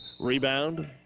Rebound